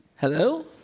hello